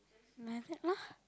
like that lah